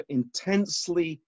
intensely